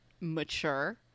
mature